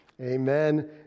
Amen